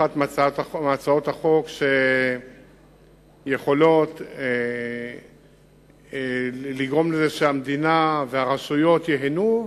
אחת מהצעות החוק שיכולות לגרום לזה שהמדינה והרשויות ייהנו.